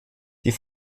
die